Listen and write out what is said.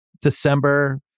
December